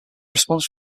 response